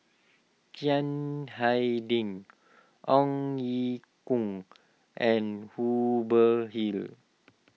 Chiang Hai Ding Ong Ye Kung and Hubert Hill